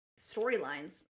storylines